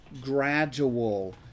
gradual